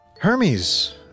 Hermes